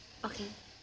okay